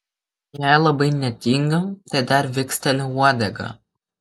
jei labai netingiu tai dar viksteliu uodega